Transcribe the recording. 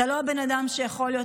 אתה לא בן אדם שיכול,